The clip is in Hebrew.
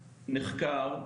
שנחקר,